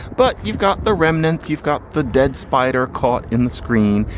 but you've got the remnants, you've got the dead spider caught in the screen.